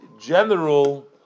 general